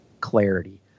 clarity